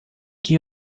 que